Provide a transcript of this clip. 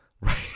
Right